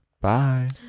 Bye